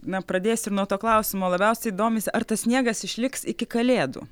na pradėsim nuo to klausimo labiausiai domisi ar tas sniegas išliks iki kalėdų